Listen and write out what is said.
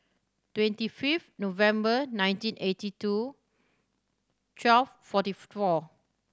twenty fifth November nineteen eighty two twelve forty four